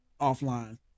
offline